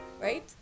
right